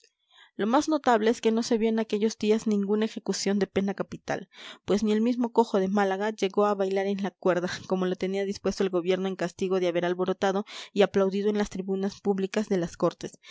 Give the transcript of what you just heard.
lo más notable es que no se vio en aquellos días ninguna ejecución de pena capital pues ni el mismo cojo de málaga llegó a bailar en la cuerda como lo tenía dispuesto el gobierno en castigo de haber alborotado y aplaudido en las tribunas públicas de las cortes